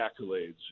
accolades